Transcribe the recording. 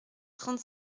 trente